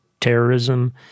terrorism